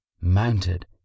mounted